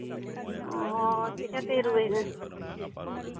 ᱚᱻ ᱪᱮᱠᱟᱛᱮᱭ ᱨᱩᱣᱟᱹᱭᱮᱱᱟ